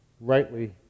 rightly